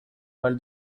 halles